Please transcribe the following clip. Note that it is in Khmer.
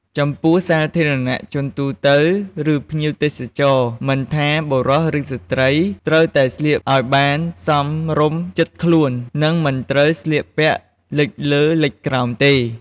ចំពោះសាធារណៈជនទូទៅ ឬភ្ញៀវទេសចរណ៍ មិនថាបុរសឬស្រ្តីត្រូវតែស្លៀកឲ្យបានសមរម្យជិតខ្លួន និងមិនត្រូវស្លៀកពាក់លិចលើលិចក្រោមទេ។